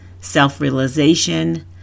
self-realization